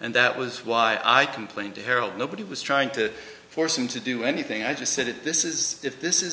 and that was why i complained to harold nobody was trying to force him to do anything i just said that this is if this is